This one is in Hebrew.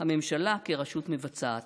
הממשלה כרשות מבצעת.